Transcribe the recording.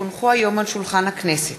כי הונחו היום על שולחן הכנסת,